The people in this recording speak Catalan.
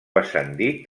ascendit